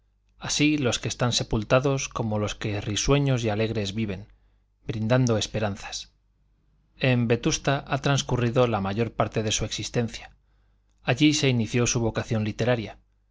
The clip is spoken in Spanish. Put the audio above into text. así los que están sepultados como los que risueños y alegres viven brindando esperanzas en vetusta ha transcurrido la mayor parte de su existencia allí se inició su vocación literaria